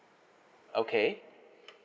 okay